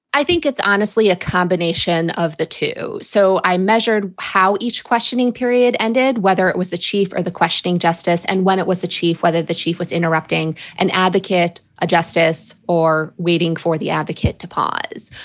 i think it's honestly a combination of the two. so i measured how each questioning period ended, whether it was the chief or the questioning justice. and when it was the chief, whether the chief was interrupting an advocate, a justice or waiting for the advocate to pause.